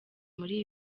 muri